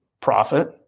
profit